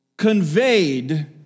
conveyed